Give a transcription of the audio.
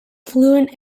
fluent